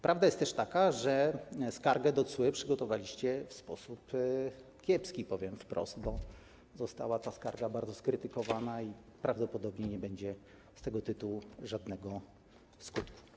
Prawda jest też taka, że skargę do TSUE przygotowaliście w sposób kiepski, powiem wprost, bo została ta skarga bardzo skrytykowana i prawdopodobnie nie będzie z tego tytułu żadnego skutku.